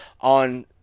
on